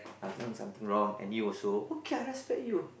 I've done something wrong and you also okay I respect you